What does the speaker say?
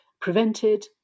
prevented